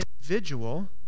individual